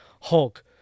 Hulk